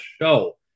show